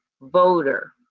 voter